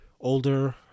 older